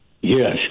Yes